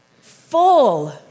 full